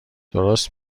درست